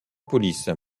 police